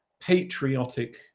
patriotic